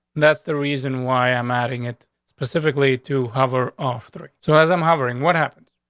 that's the reason why i'm adding it specifically to hover off three. so as i'm hovering, what happened?